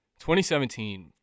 2017